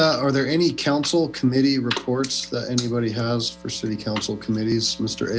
th are there any council committee reports that anybody has for city council committees mr